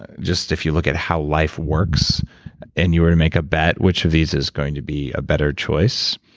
and just if you look at how life works and you were to make a bet, which of these is going to be a better choice?